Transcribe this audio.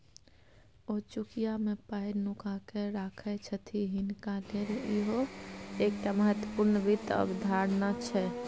ओ चुकिया मे पाय नुकाकेँ राखय छथि हिनका लेल इहो एकटा महत्वपूर्ण वित्त अवधारणा छै